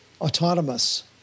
autonomous